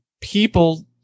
people